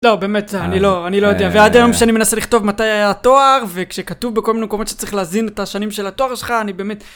לא, באמת, אני לא יודע ועד היום שאני מנסה לכתוב מתי היה התואר וכשכתוב בכל מיני מקומות שצריך להזין את השנים של התואר שלך אני באמת